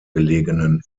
gelegenen